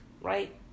right